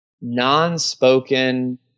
non-spoken